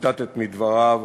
שציטטת מדבריו,